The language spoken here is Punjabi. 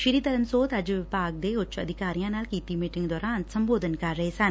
ਸੀ ਧਰਮਸੋਤ ਅੱਜ ਵਿਭਾਗ ਦੇ ਉਚ ਅਧਿਕਾਰੀਆਂ ਨਾਲ ਕੀਤੀ ਮੀਟਿੰਗ ਦੌਰਾਨ ਸੰਬੋਧਨ ਕਰ ਰਹੇ ਸਨ